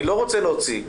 אני לא רוצה להוציא,